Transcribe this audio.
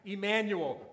Emmanuel